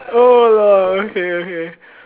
oh okay okay